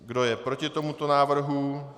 Kdo je proti tomuto návrhu?